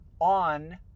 on